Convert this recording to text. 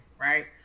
right